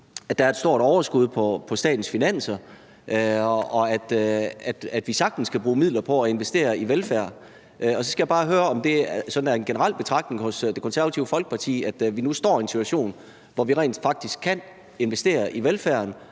at der er et stort overskud på statens finanser, og at vi sagtens kan bruge midler på at investere i velfærd. Så skal jeg bare høre, om det sådan er en generel betragtning hos Det Konservative Folkeparti, at vi nu står i en situation, hvor vi rent faktisk kan investere i velfærden,